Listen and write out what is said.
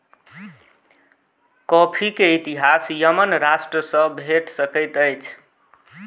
coffee के इतिहास Yemen राष्ट्र सॅ भेट सकैत अछि